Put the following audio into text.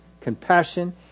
compassion